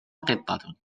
قطة